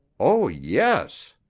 oh, yes!